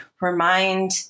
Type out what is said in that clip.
remind